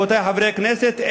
רבותי חברי הכנסת,